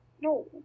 No